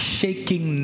shaking